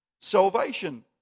Salvation